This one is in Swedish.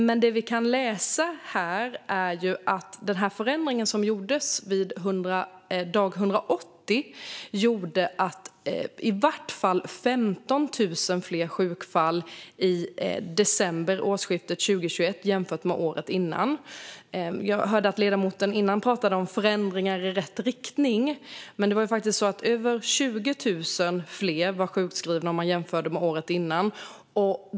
Men det vi kan läsa här är ju att den förändring som gjordes vid dag 180 gjorde att det blev i varje fall 15 000 fler sjukfall i december 2021 jämfört med året före. Jag hörde att ledamoten innan pratade om förändringar i rätt riktning, men det var faktiskt så att över 20 000 fler var sjukskrivna jämfört med året innan.